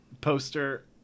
poster